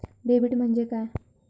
Debit म्हणजे काय?